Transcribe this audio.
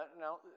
Now